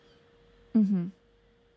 mm hmm